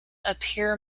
appear